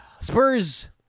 Spurs